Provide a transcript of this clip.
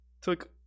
Took